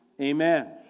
Amen